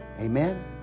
Amen